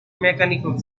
mechanical